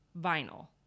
vinyl